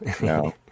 no